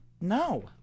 No